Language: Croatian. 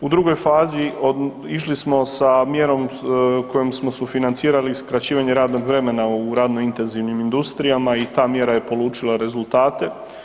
U drugoj fazi išli smo sa mjerom kojom smo sufinancirali skraćivanje radnog vremena u radno intenzivnim industrijama i ta mjera je polučila rezultate.